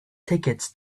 tickets